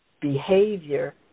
behavior